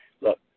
look